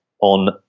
on